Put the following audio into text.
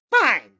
Fine